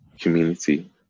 community